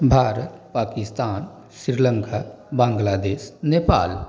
India Pakistan Sri Lanka Bangladesh Nepal